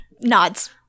nods